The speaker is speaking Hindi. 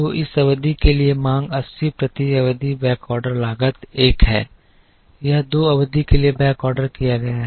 तो इस अवधि के लिए मांग 80 प्रति अवधि बैकऑर्डर लागत एक है यह दो अवधि के लिए बैकऑर्डर किया गया है